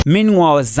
Meanwhile